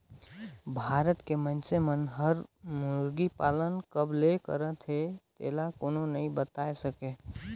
भारत के मइनसे मन हर मुरगी पालन कब ले करत हे तेला कोनो नइ बताय सके